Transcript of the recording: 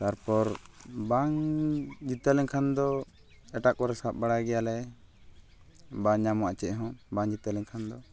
ᱛᱟᱨᱯᱚᱨ ᱵᱟᱝ ᱡᱤᱛᱟᱹᱣ ᱞᱮᱱᱠᱷᱟᱱ ᱫᱚ ᱮᱴᱟᱜ ᱠᱚᱨᱮ ᱥᱟᱵ ᱵᱟᱲᱟᱭ ᱜᱮᱭᱟᱞᱮ ᱵᱟᱝ ᱧᱟᱢᱚᱜᱼᱟ ᱪᱮᱫ ᱦᱚᱸ ᱵᱟᱝ ᱡᱤᱛᱟᱹᱣ ᱞᱮᱱᱠᱷᱟᱱ ᱫᱚ